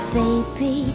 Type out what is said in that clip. baby